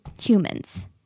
humans